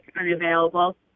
unavailable